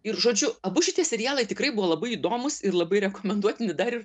ir žodžiu abu šitie serialai tikrai buvo labai įdomūs ir labai rekomenduotini dar ir